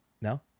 No